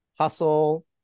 Hustle